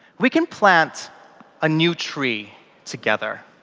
we can plant a new tree together.